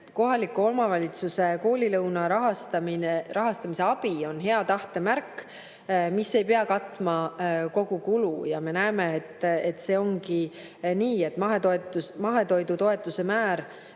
kohalikule omavalitsusele koolilõuna rahastamisel on hea tahte märk. See ei pea katma kogu kulu ja me näeme, et see ongi nii. Mahetoidutoetuse määr